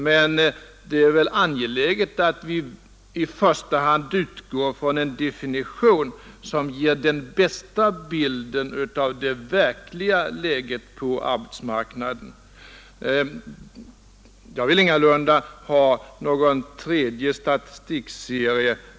Men det är angeläget att vi i första hand utgår från en definition som ger den bästa bilden av det verkliga läget på arbetsmarknaden. Jag vill ingalunda ha någon tredje statistikserie.